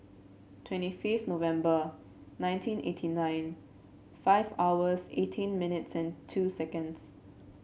twenty five November nineteen eighty nine five hours eighteen minutes and two seconds